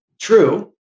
True